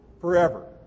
forever